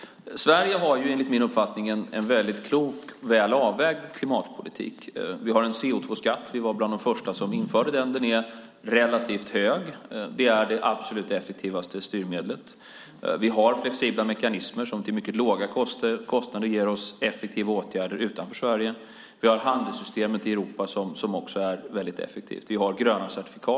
Sverige har enligt min uppfattning en väldigt klok och väl avvägd klimatpolitik. Vi har en CO2-skatt. Vi var bland de första som införde den. Den är relativt hög. Det är det absolut effektivaste styrmedlet. Vi har flexibla mekanismer som till mycket låga kostnader ger oss effektiva åtgärder utanför Sverige. Vi har handelsystemet i Europa som också är väldigt effektivt. Vi har gröna certifikat.